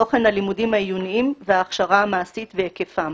תוכן הלימודים העיוניים וההכשרה המעשית והיקפם,